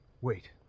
Wait